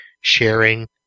sharing